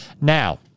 Now